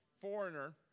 Foreigner